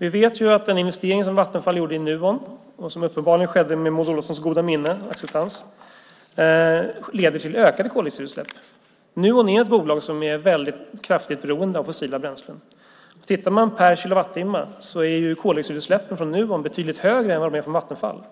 Vi vet att den investering som Vattenfall gjorde i Nuon, och som uppenbarligen skedde med Maud Olofssons goda minne och acceptans, leder till ökade koldioxidutsläpp. Nuon är ett bolag som är väldigt kraftigt beroende av fossila bränslen. Tittar man per kilowattimme är koldioxidutsläppen från Nuon betydligt högre än vad de är från Vattenfall.